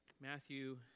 Matthew